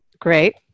Great